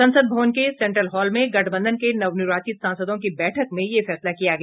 संसद भवन के सेन्ट्रल हॉल में गठबंधन के नवनिर्वाचित सांसदों की बैठक में यह फैसला किया गया